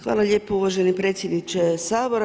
Hvala lijepo uvaženi predsjedniče Sabora.